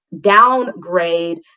downgrade